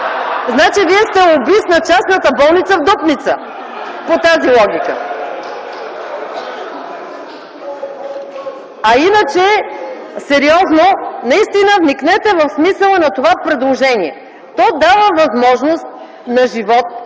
Значи, Вие сте лобист на частната болница в Дупница, по тази логика. А иначе, сериозно, наистина вникнете в смисъла на това предложение, то дава възможност на живот